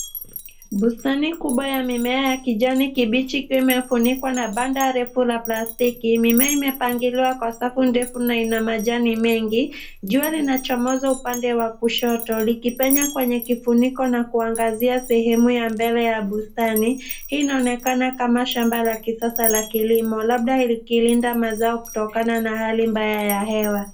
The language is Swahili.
Bustani kubwa ya mimea ya kijani kibichi ikiwa imefunikwa na bando refu la plastiki. Mimea imepangiliwa kwa safu ndefu na ina majani mengi. Jua linachomoza upande wa kushoto, likipenya kwenye kifuniko na kuangazia sehemu ya mbele ya bustani. Hii inaonekana kama shamba la kisasa la kilimo, labda ikilinda mazao kutokana na hali mbaya ya hewa.